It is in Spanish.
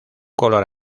color